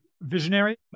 visionary